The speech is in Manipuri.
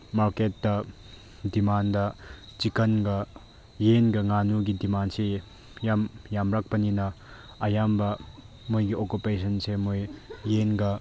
ꯃꯥꯔꯀꯦꯠꯇ ꯗꯤꯃꯥꯟꯗ ꯆꯤꯛꯀꯟꯒ ꯌꯦꯟꯒ ꯉꯥꯅꯨꯒꯤ ꯗꯤꯃꯥꯟꯁꯦ ꯌꯥꯝ ꯌꯥꯝꯂꯛꯄꯅꯤꯅ ꯑꯌꯥꯝꯕ ꯃꯣꯏꯒꯤ ꯑꯣꯀꯨꯄꯦꯁꯟꯁꯦ ꯃꯣꯏ ꯌꯦꯟꯒ